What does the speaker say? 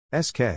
SK